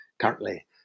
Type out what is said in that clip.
Currently